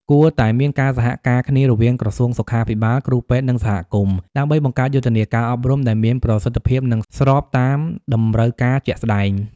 គួរតែមានការសហការគ្នារវាងក្រសួងសុខាភិបាល គ្រូពេទ្យ និងសហគមន៍ ដើម្បីបង្កើតយុទ្ធនាការអប់រំដែលមានប្រសិទ្ធភាពនិងស្របតាមតម្រូវការជាក់ស្តែង។